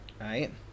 right